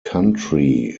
country